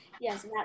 Yes